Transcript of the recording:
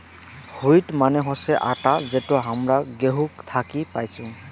wheat মানে হসে আটা যেটো হামরা গেহু থাকি পাইচুং